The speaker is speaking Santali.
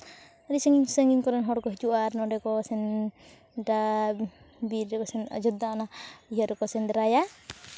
ᱟᱹᱰᱤ ᱥᱟᱺᱜᱤᱧ ᱥᱟᱺᱜᱤᱧ ᱠᱚᱨᱮᱱ ᱦᱚᱲ ᱠᱚ ᱦᱤᱡᱩᱜᱼᱟ ᱟᱨ ᱱᱚᱸᱰᱮ ᱠᱚ ᱥᱮᱸᱫᱽᱨᱟ ᱵᱤᱨ ᱨᱮ ᱚᱡᱳᱫᱽᱫᱷᱟ ᱚᱱᱟ ᱤᱭᱟᱹ ᱨᱮᱠᱚ ᱥᱮᱸᱫᱽᱨᱟᱭᱟ